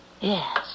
Yes